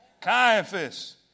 Caiaphas